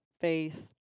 Faith